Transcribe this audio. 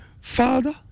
Father